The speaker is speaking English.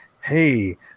hey